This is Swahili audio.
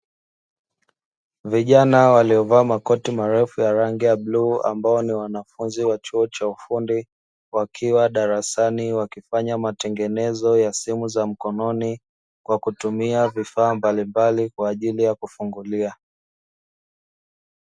Vijana waliovaa makoti marefu ya rangi ya bluu, ambao ni wanafunzi wa chuo cha ufundi wakiwa darasani, wakifanya matengenezo ya simu za mikononi kwa kutumia vifaa mbalimbali kwa ajili ya kufungulia.